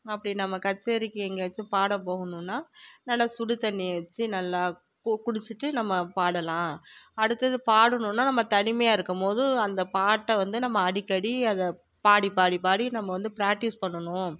அப்படி நம்ம கச்சேரிக்கு எங்கியாச்சு பாட போகணுனால் நல்லா சுடு தண்ணியை வெச்சு நல்லா கோ குடிச்சிட்டு நம்ம பாடலாம் அடுத்தது பாடணுனா நம்ம தனிமையா இருக்கும்போது அந்த பாட்டை வந்து நம்ம அடிக்கடி அதை பாடி பாடி பாடி நம்ம வந்து ப்ராக்ட்டிஸ் பண்ணணும்